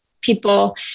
people